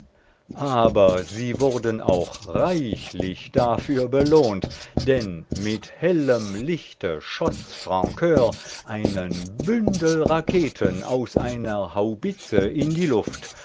aber sie wurden auch reichlich dafür belohnt denn mit hellem lichte schoß fran cur einen bündel raketen aus einer haubitze in die luft